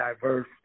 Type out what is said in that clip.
diverse